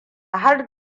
har